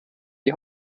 die